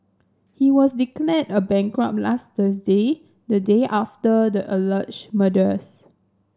he was declared a bankrupt last Thursday the day after the alleged murders